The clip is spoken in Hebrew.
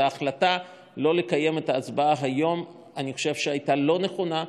אני חושב שההחלטה לא לקיים את ההצבעה היום הייתה לא נכונה,